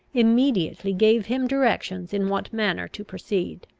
immediately gave him directions in what manner to proceed.